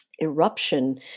eruption